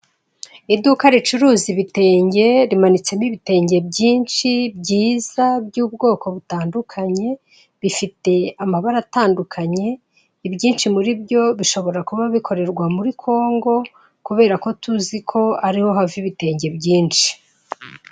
Iduka ricuruza ibitenge rimanitsemo ibitenge byinshi byiza by'ubwoko butandukanye bifite amabara atandukanye, ibyinshi muri byo bishobora kuba bikorerwa muri congo kubera ko tuzi ko ariho hava ibitenge byinshi.